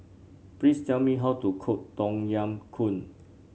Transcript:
please tell me how to cook Tom Yam Goong